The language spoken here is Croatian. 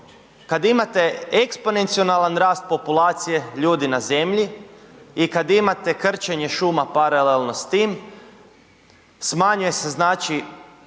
kad imate eksponencionalan rast populacije ljudi na zemlji i kad imate krčenje šuma paralelno s tim smanjuje se znači